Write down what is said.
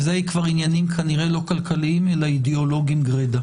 זה כבר עניינים כנראה לא כלכליים אלא אידאולוגיים גרידא.